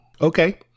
Okay